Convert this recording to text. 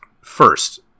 First